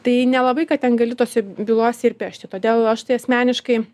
tai nelabai ką ten gali tose bylose ir pešti todėl aš tai asmeniškai